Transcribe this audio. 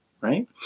right